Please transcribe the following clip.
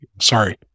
Sorry